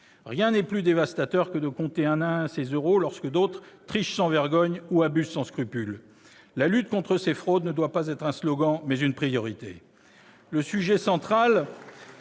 Rien n'est plus dévastateur que de compter un à un ses euros lorsque d'autres trichent sans vergogne ou abusent sans scrupule. La lutte contre ces fraudes doit être non pas un slogan, mais une priorité.